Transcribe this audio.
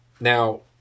Now